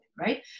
right